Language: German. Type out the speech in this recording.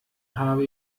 habe